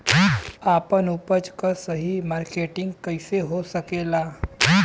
आपन उपज क सही मार्केटिंग कइसे हो सकेला?